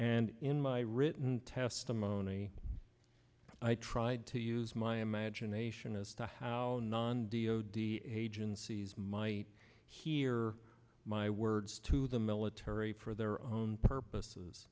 and in my written testimony i tried to use my imagination as to how non d o d agencies might hear my words to the military for their own purposes